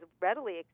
readily